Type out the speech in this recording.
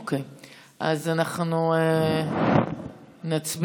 אוקיי, אז אנחנו נצביע.